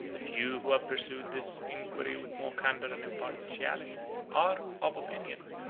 the few who have pursued this inquiry with more candor and impartiality, are of opinion,